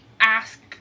ask